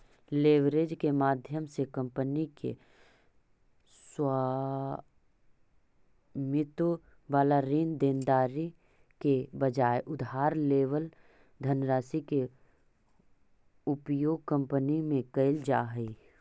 leverage के माध्यम से कंपनी के स्वामित्व वाला ऋण देनदारी के बजाय उधार लेवल धनराशि के उपयोग कंपनी में कैल जा हई